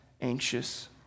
anxious